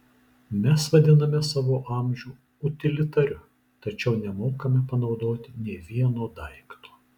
mes vadiname savo amžių utilitariu tačiau nemokame panaudoti nė vieno daikto